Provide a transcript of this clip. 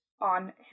on